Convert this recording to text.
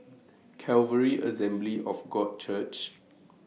Calvary Assembly of God Church